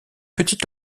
petite